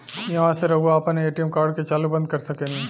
ईहवा से रऊआ आपन ए.टी.एम कार्ड के चालू बंद कर सकेनी